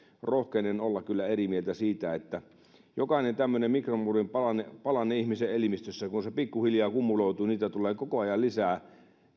rohkenen kyllä olla eri mieltä siitä jokainen mikromuovin palanen palanen ihmisen elimistössä kun se pikkuhiljaa kumuloituu niitä tulee koko ajan lisää